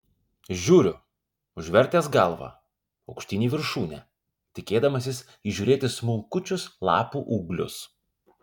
žiūriu užvertęs galvą aukštyn į viršūnę tikėdamasis įžiūrėti smulkučius lapų ūglius